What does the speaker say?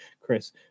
chris